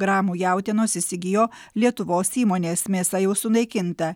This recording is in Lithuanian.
gramų jautienos įsigijo lietuvos įmonės mėsa jau sunaikinta